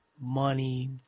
money